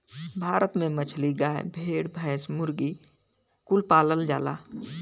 भारत में मछली, गाय, भेड़, भैंस, मुर्गी कुल पालल जाला